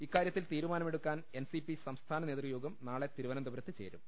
ഇക്കാര്യത്തിൽ തീരുമാനമെടുക്കാൻ N C P സംസ്ഥാന നേതൃയോഗം നാളെ തിരുവനന്തപുരത്ത് ചേരും